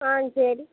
ஆ சரி